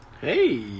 Hey